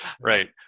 Right